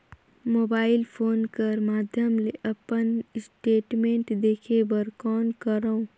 Mobile phone कर माध्यम ले अपन स्टेटमेंट देखे बर कौन करों?